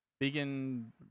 Vegan